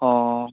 অ